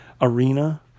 arena